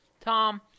Tom